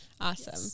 awesome